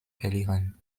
verlieren